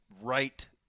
right